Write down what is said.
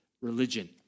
religion